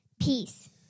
peace